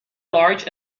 large